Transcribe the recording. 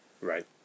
Right